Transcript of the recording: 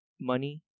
money